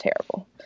terrible